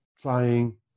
trying